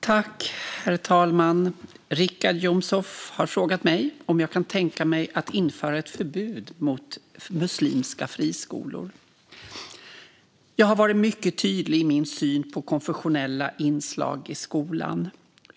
Herr talman! har frågat mig om jag kan tänka mig att införa ett förbud mot muslimska friskolor. Jag har varit mycket tydlig i min syn på konfessionella inslag i skolan.